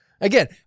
Again